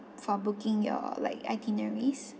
for booking your like itineraries